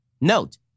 note